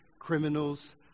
criminals